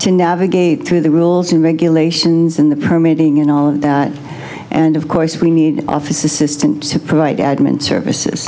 to navigate through the rules and regulations in the permitting and all of that and of course we need office assistant to provide adman services